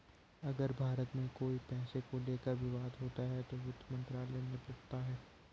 अगर भारत में कोई पैसे को लेकर विवाद होता है तो वित्त मंत्रालय निपटाता है